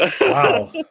Wow